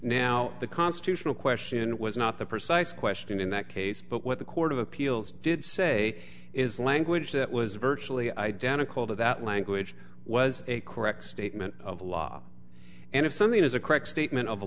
now the constitutional question was not the precise question in that case but what the court of appeals did say is language that was virtually identical to that language was a correct statement of law and if something is a correct statement of the